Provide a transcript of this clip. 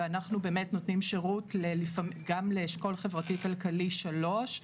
ואנחנו נותנים שירות גם לאשכול חברתי כלכלי 3,